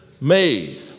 made